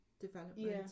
development